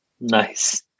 nice